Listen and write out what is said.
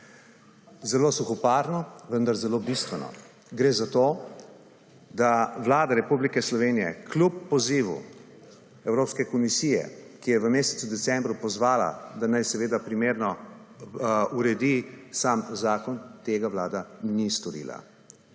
Zelo suhoparno, vendar zelo bistveno. Gre za to, da Vlada Republike Slovenije kljub pozivu Evropske komisije, ki je v mesecu decembru pozvala, da naj seveda primerno uredi sam zakon tega Vlada ni storila.